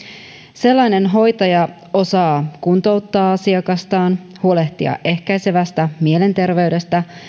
sellainen hoitaja osaa kuntouttaa asiakastaan huolehtia ehkäisevästi mielenterveydestä